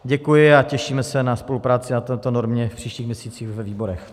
Děkuji a těšíme se na spolupráci na této normě v příštích měsících ve výborech.